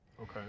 okay